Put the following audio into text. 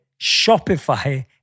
Shopify